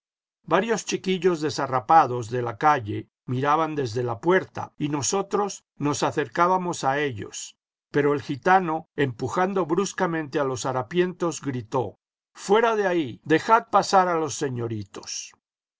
varios chiquillos desharrapados de la calle miraban desde la puerta y nosotros nos acercamos a ellos pero el gitano empujando bruscamente a los harapientos gritó ifuera de ahí dejad pasar a los señoritos